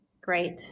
Great